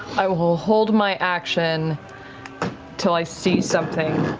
i will hold hold my action till i see something.